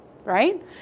Right